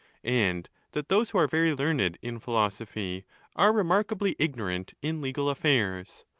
and that those who are very learned in philosophy are remarkably ignorant in legal affairs.